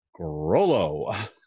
Grollo